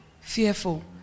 fearful